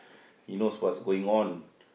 he knows what's going on